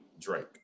Drake